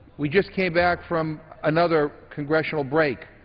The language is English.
we just came back from another congressional break.